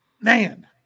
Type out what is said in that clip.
Man